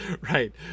right